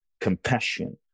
compassion